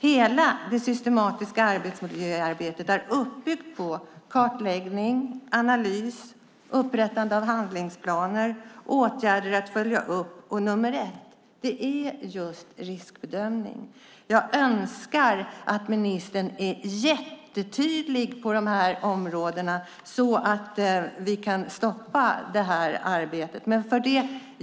Hela det systematiska arbetsmiljöarbetet är uppbyggt på kartläggning, analys, upprättande av handlingsplaner och åtgärder att följa upp. Och nummer ett är just riskbedömningarna. Jag önskar att ministern är tydlig på dessa områden så att vi kan stoppa detta arbete.